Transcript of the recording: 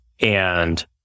And-